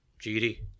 GD